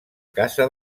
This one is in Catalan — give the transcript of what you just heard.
casa